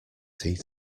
tea